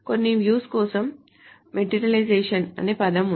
కొన్ని views కోసం materialisation అనే పదం ఉంది